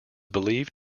believed